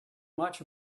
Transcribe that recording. much